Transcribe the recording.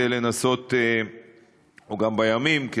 או בימים,